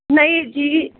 ਨਹੀਂ ਜੀ